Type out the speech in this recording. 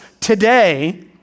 today